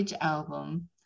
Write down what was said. album